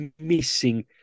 missing